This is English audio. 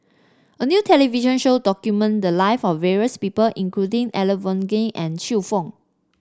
a new television show documented the live of various people including Elangovan and Xiu Fang